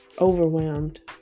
overwhelmed